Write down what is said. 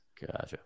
Gotcha